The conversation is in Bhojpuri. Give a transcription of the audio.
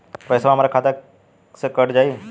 पेसावा हमरा खतवे से ही कट जाई?